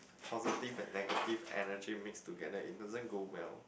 positive and negative energy mix together it doesn't go well